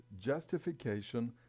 justification